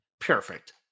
perfect